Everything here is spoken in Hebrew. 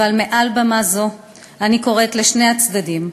אבל מעל במה זו אני קוראת לשני הצדדים: